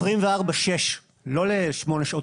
זה לא משנה.